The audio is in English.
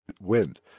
wind